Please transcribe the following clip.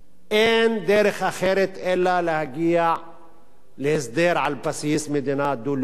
אין דרך אחרת אלא להגיע להסדר על בסיס מדינה דו-לאומית.